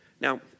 Now